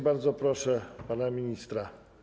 Bardzo proszę pana ministra.